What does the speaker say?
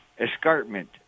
escarpment